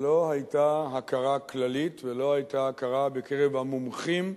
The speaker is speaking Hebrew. לא היתה הכרה כללית ולא היתה הכרה בקרב המומחים,